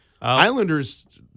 Islanders